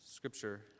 Scripture